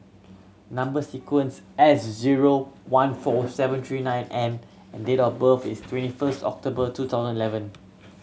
number sequence S zero one four seven three nine N and date of birth is twenty first October two thousand eleven